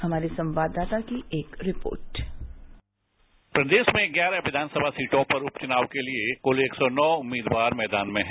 हमारे संवाददता की एक रिपोर्ट प्रदेश में ग्यारह विधानसभा सीटों पर उपचुनाव के लिए कुल एक सौ नौ उम्मीदवार मैदान मे है